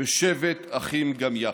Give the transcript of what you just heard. ב"שבת אחים גם יחד".